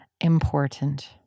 important